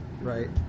right